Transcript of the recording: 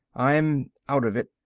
i'm out of it,